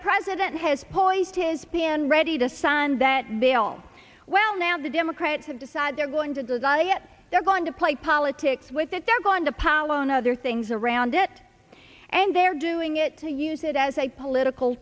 president has poised his b and ready to sign that bill well now the democrats have decided they're going to design yet they're going to play politics with it they're going to pile on other things around it and they're doing it to use it as a political